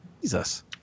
Jesus